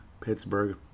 Pittsburgh